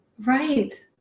right